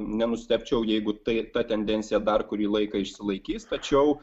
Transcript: nenustebčiau jeigu tai ta tendencija dar kurį laiką išsilaikys tačiau